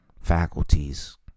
faculties